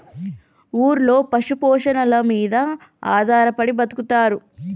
ఊర్లలో పశు పోషణల మీద ఆధారపడి బతుకుతారు